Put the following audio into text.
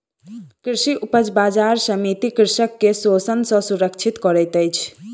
कृषि उपज बजार समिति कृषक के शोषण सॅ सुरक्षित करैत अछि